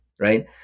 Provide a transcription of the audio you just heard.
right